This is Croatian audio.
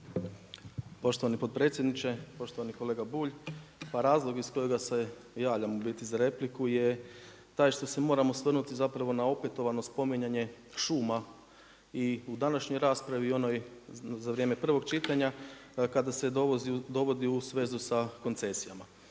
Poštovani potpredsjedniče. Poštovani kolega Bulj, pa razlog iz kojega se javljam u biti za repliku je taj što se moram osvrnuti zapravo na opetovano spominjanje šuma i u današnjoj raspravi i u onoj za vrijeme prvog čitanja kada se dovodi u svezu sa koncesijama.